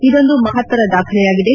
ಇದೊಂದು ಮಹತ್ತರ ದಾಖಲೆಯಾಗಿದೆ